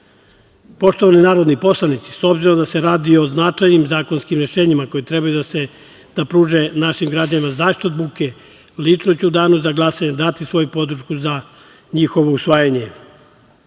smanjio. Poštovani narodni poslanici s obzirom da se radi o značajnim zakonskim rešenjima koji treba da pruže našim građanima zaštitu od buke, lično ću u danu za glasanje dati svoju podršku za njihovo usvajanje,